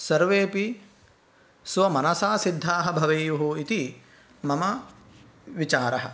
सर्वेपि स्वमनसा सिद्धाः भवेयुः इति मम विचारः